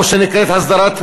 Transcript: או שנקראת הסדרת,